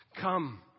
Come